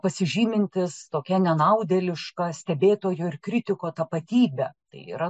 pasižymintis tokia nenaudėliška stebėtojo ir kritiko tapatybe tai yra